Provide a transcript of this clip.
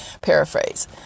Paraphrase